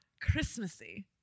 Christmassy